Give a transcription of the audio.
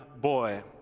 boy